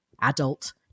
adult